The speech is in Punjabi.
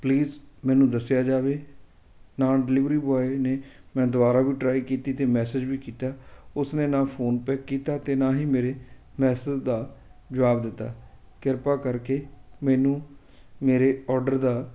ਪਲੀਜ਼ ਮੈਨੂੰ ਦੱਸਿਆ ਜਾਵੇ ਨਾ ਡਿਲੀਵਰੀ ਬੋਆਏ ਨੇ ਮੈਂ ਦੁਬਾਰਾ ਵੀ ਟਰਾਈ ਕੀਤੀ ਅਤੇ ਮੈਸੇਜ ਵੀ ਕੀਤਾ ਉਸ ਨੇ ਨਾ ਫੋਨ ਪਿੱਕ ਕੀਤਾ ਅਤੇ ਨਾ ਹੀ ਮੇਰੇ ਮੈਸੇਜ ਦਾ ਜਵਾਬ ਦਿੱਤਾ ਕਿਰਪਾ ਕਰਕੇ ਮੈਨੂੰ ਮੇਰੇ ਔਡਰ ਦਾ